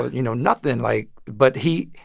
ah you know, nothing. like but he,